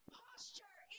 posture